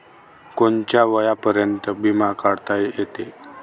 कोनच्या वयापर्यंत बिमा काढता येते?